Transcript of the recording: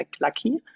lucky